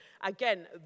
Again